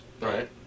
Right